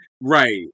Right